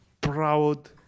proud